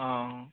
অঁ অঁ